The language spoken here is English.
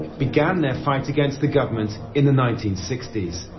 began their fight against the government in the nineteen sixty s.